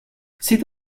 sit